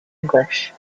english